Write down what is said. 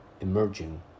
emerging